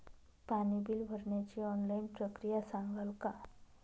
पाणी बिल भरण्याची ऑनलाईन प्रक्रिया सांगाल का?